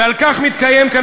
ועל כך מתקיים כאן,